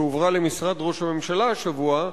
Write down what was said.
שהועברה למשרד ראש הממשלה השבוע,